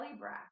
breath